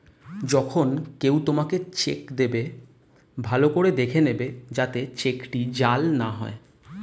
যখন কেউ তোমাকে চেক দেবে, ভালো করে দেখে নেবে যাতে চেকটি জাল না হয়